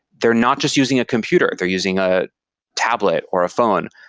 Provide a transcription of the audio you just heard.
they're not just using a computer. they're using a tablet or a phone.